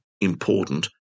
important